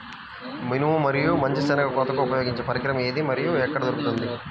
మినుము మరియు మంచి శెనగ కోతకు ఉపయోగించే పరికరం ఏది మరియు ఎక్కడ దొరుకుతుంది?